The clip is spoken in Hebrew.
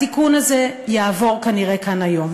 התיקון זה כנראה יעבור כאן היום,